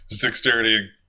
Dexterity